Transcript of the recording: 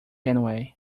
anyway